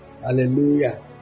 Hallelujah